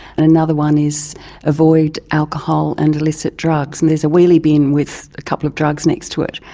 and another one is avoid alcohol and illicit drugs, and there's a wheelie bin with a couple of drugs next to it.